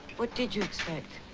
what did you expect?